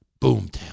boomtown